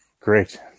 Great